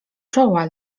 czoła